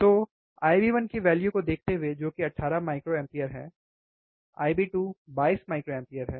तो IB1 के value को देखते हुए जो कि 18 माइक्रोएम्पियर है IB2 22 माइक्रोएम्पियर है